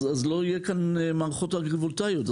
לא יהיו כאן מערכות אגרי-וולטאיות.